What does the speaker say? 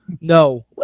No